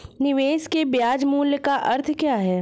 निवेश के ब्याज मूल्य का अर्थ क्या है?